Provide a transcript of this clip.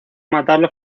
matarlo